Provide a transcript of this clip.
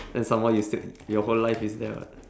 and some more you stil~ your whole life is there [what]